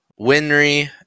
Winry